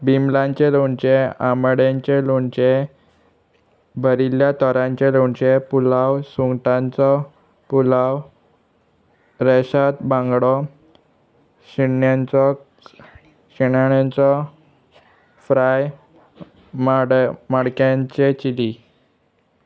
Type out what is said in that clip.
बिमलांचें लोणचें आमाड्यांचें लोणचें भरिल्ल्या तोरांचें लोणचें पुलाव सुंगटांचो पुलाव रेशाद बांगडो शेणण्यांचो शिणाण्यांचो फ्राय माड माणक्यांचे चिली